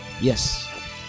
Yes